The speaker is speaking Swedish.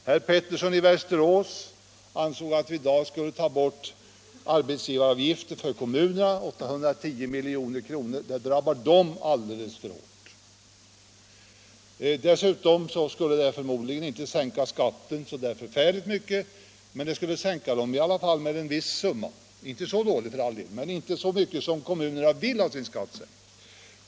Herr Pettersson i Västerås ansåg att vi i dag skulle ta bort arbetsgivaravgiften för kommunerna, 810 milj.kr., som drabbar dem alldeles för hårt. Det skulle sänka skatten med en viss summa, inte så dålig, för all del, men förmodligen inte så mycket som kommunerna vill.